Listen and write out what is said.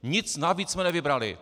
Nic navíc jsme nevybrali.